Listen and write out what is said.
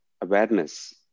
awareness